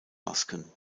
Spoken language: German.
masken